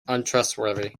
untrustworthy